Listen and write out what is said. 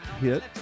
hit